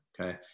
okay